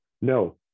no